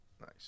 Nice